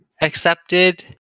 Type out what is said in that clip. accepted